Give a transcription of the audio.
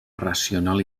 racional